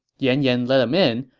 yan yan let him in,